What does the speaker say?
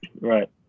Right